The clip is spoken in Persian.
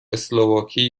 اسلواکی